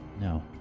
No